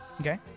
Okay